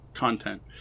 Content